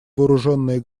вооруженные